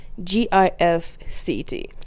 GIFCT